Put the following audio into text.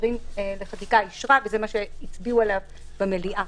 השרים לחקיקה אישרה וזה מה שהצביעו עליו במליאה.